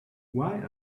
why